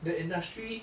the industry